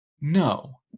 No